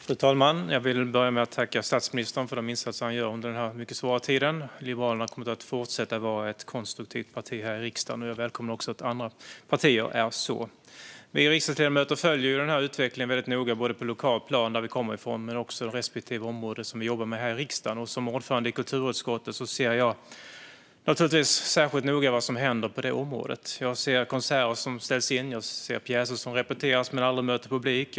Fru talman! Jag vill börja med att tacka statsministern för de insatser han gör under denna mycket svåra tid. Liberalerna kommer att fortsätta vara ett konstruktivt parti här i riksdagen, och jag välkomnar att andra partier också är det. Vi riksdagsledamöter följer ju utvecklingen noga, både på lokalt plan där vi kommer ifrån och på respektive område som vi jobbar med här i riksdagen. Som ordförande i kulturutskottet ser jag naturligtvis särskilt tydligt vad som händer på det området. Jag ser konserter som ställs in. Jag ser pjäser som repeteras men aldrig möter publik.